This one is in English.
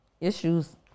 issues